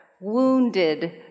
wounded